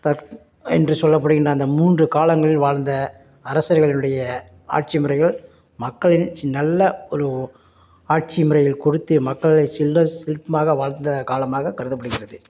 தற் என்று சொல்லப்படுகின்ற அந்த மூன்று காலங்களில் வாழ்ந்த அரசர்களுடைய ஆட்சி முறைகள் மக்களின் சி நல்ல ஒரு ஆட்சி முறைகள் கொடுத்து மக்களை செல்வ செழிப்புமாக வாழ்ந்த காலமாக கருதப்படுகிறது